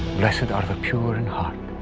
blessed are the pure in heart,